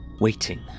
waiting